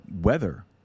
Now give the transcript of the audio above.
weather